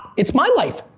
it's my life,